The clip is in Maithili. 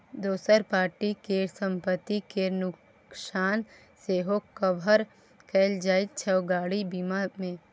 दोसर पार्टी केर संपत्ति केर नोकसान सेहो कभर कएल जाइत छै गाड़ी बीमा मे